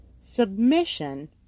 submission